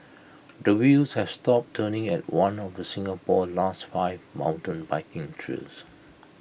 the wheels have stopped turning at one of Singapore's last five mountain biking trails